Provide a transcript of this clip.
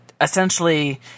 essentially